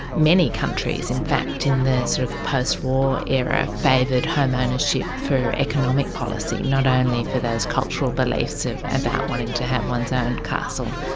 many countries in fact in the sort of post-war era favoured home ownership for economic policy, not only for those cultural beliefs about wanting to have one's own castle,